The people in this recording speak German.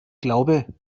glaube